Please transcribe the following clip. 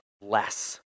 less